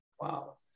Wow